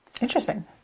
Interesting